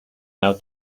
now